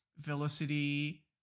Velocity